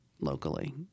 locally